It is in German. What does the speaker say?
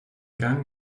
gang